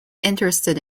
interested